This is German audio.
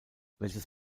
welches